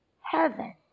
heaven